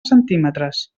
centímetres